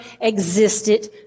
existed